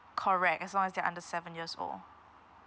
correct as long as they're under seven years old